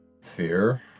Fear